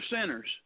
sinners